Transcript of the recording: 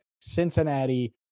Cincinnati